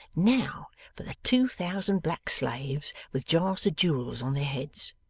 now for the two thousand black slaves, with jars of jewels on their heads